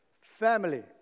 Family